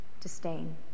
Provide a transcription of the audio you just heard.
disdain